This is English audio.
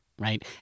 right